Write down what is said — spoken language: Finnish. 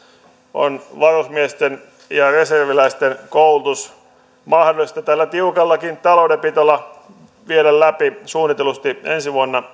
on varusmiesten ja reserviläisten koulutus mahdollista tällä tiukallakin taloudenpidolla viedä läpi suunnitellusti ensi vuonna